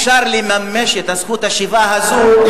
אז אם אפשר לממש את זכות השיבה הזאת,